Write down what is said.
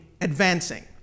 advancing